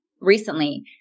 recently